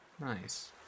Nice